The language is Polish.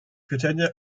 pieczenie